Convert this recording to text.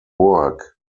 work